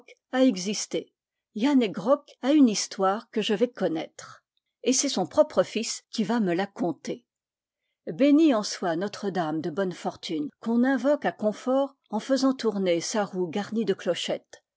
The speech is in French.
a existé yann he grok a une histoire que je vais connaître ean t c est son propre fils qui va me la conter bénie en soit notre-dame de bonne fortune qu'on invoque à confort en faisant tour ner sa roue garnie de clochettes